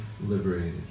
liberated